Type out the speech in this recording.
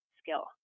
skill